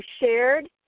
shared